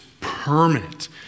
permanent